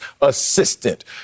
assistant